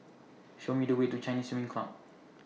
Show Me The Way to Chinese swing Club